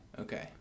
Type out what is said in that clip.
Okay